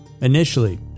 Initially